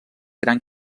gran